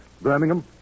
Birmingham